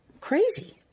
crazy